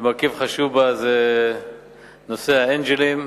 ומרכיב חשוב בה זה נושא "האנג'לים".